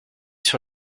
sur